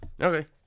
Okay